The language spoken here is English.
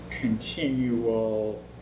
continual